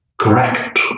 correct